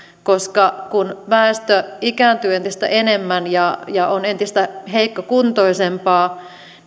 koska kun väestö ikääntyy entistä enemmän ja ja on entistä heikkokuntoisempaa